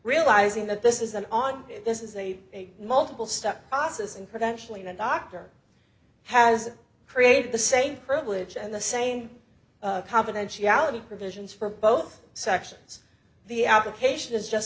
realizing that this is an on this is a multiple step process and credentialing the doctor has created the same privilege and the same confidentiality provisions for both sections the application is just